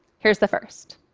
here's the first.